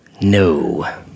No